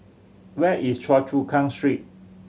where is Choa Chu Kang Street